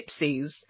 gypsies